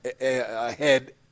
ahead